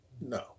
No